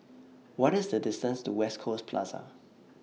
What IS The distance to West Coast Plaza